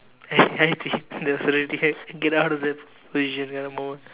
that was really a get out of that position kind of moment